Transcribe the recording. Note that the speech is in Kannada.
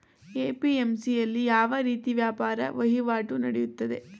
ಎ.ಪಿ.ಎಂ.ಸಿ ಯಲ್ಲಿ ಯಾವ ರೀತಿ ವ್ಯಾಪಾರ ವಹಿವಾಟು ನೆಡೆಯುತ್ತದೆ?